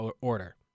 order